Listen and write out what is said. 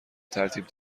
ترتیب